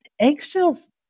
eggshells